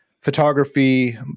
photography